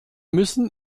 müssen